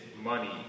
money